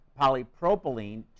polypropylene